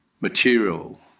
material